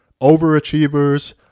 Overachievers